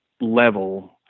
level